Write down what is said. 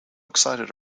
excited